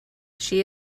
she